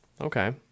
Okay